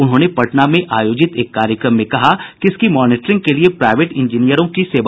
उन्होंने पटना में आयोजित एक कार्यक्रम में कहा कि इसकी मॉनिटरिंग के लिए प्राइवेट इंजीनियरों की सेवा भी ली जायेगी